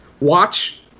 Watch